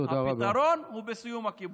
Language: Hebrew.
הפתרון הוא בסיום הכיבוש.